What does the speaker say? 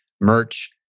merch